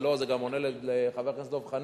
זה גם עונה לחבר הכנסת דב חנין.